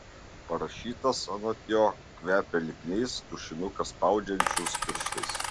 parašytas anot jo kvepia lipniais tušinuką spaudžiančius pirštais